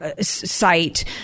site